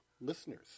listeners